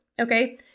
okay